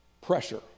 pressure